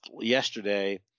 yesterday